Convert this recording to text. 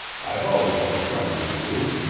i've always been friendly to you.